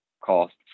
costs